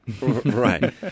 Right